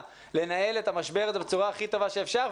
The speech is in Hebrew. לנהל את המשבר הזה בצורה הכי טובה שאפשר,